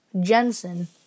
Jensen